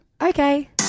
Okay